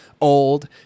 old